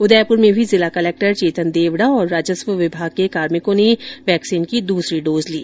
उदयपुर में भी जिला कलेक्टर चेतन देवड़ा और राजस्व विभाग के कार्मिकों ने वैक्सीन की दूसरी डोज ली